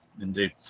indeed